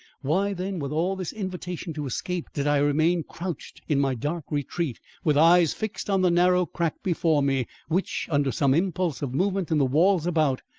why then, with all this invitation to escape, did i remain crouched in my dark retreat with eyes fixed on the narrow crack before me which, under some impulse of movement in the walls about,